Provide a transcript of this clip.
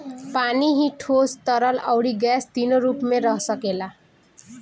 पानी ही ठोस, तरल, अउरी गैस तीनो रूप में रह सकेला